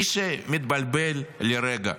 מי שמתבלבל לרגע